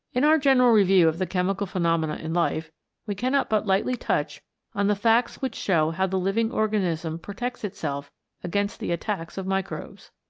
in our general review of the chemical phenomena in life we cannot but lightly touch on the facts which show how the living organism protects itself against the attacks of microbes.